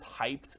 hyped